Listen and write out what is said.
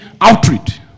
outreach